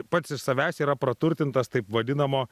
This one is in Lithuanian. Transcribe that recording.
pats iš savęs yra praturtintas taip vadinamo